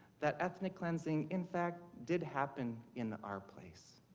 that ethnic cleanse ing, in fact, did happen in our place.